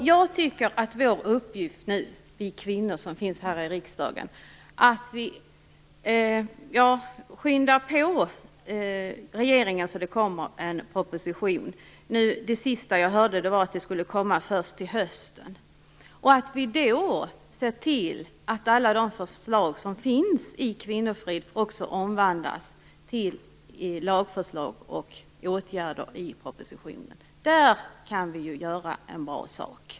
Jag tycker alltså att uppgiften för oss kvinnor här i riksdagen nu är att se till att regeringen påskyndar framtagandet av en proposition. Det sista jag hörde var att propositionen skulle komma först till hösten. Vi skall då se till att alla de förslag som finns i betänkandet Kvinnofrid också omvandlas till lagförslag i propositionen. På det sättet kan vi göra något bra.